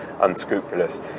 unscrupulous